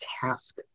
task